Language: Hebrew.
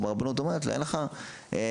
הרבנות אומרת לה: אין לך תעודה.